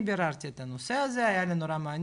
אני ביררתי את הנושא הזה, היה לי נורא מעניין.